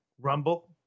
rumble